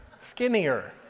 Skinnier